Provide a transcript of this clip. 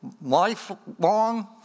lifelong